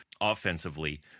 offensively